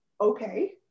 okay